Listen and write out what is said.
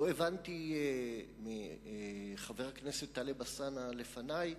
לא הבנתי מחבר הכנסת טלב אלסאנע לפני,